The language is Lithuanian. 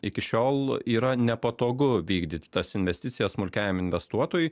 iki šiol yra nepatogu vykdyti tas investicijas smulkiajam investuotojui